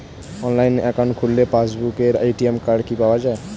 Online account খুললে passbook আর ATM card কি পাওয়া যায়?